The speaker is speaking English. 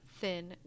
thin